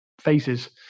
faces